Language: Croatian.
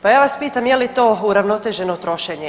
Pa ja vas pitam je li to uravnoteženo trošenje?